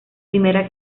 primera